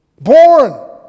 Born